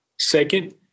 Second